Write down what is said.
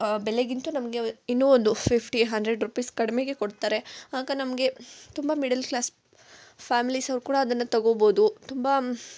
ಬೆಲೆಗಿಂತ ನಮಗೆ ಇನ್ನೂ ಒಂದು ಫಿಫ್ಟಿ ಹಂಡ್ರೆಡ್ ರುಪೀಸ್ ಕಡಿಮೆಗೆ ಕೊಡ್ತಾರೆ ಆಗ ನಮಗೆ ತುಂಬ ಮಿಡಲ್ ಕ್ಲಾಸ್ ಫ್ಯಾಮಿಲೀಸ್ ಅವ್ರು ಕೂಡ ಅದನ್ನು ತಗೋಬೋದು ತುಂಬ